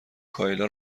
کایلا